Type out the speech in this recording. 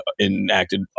enacted